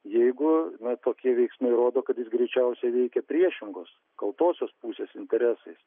jeigu na tokie veiksniai rodo kad jis greičiausiai veikė priešingus kaltosios pusės interesais